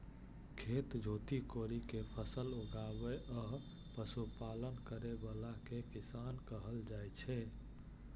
खेत जोति कोड़ि कें फसल उगाबै आ पशुपालन करै बला कें किसान कहल जाइ छै